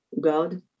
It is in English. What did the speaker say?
God